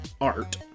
art